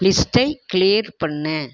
லிஸ்ட்டை கிளியர் பண்ணு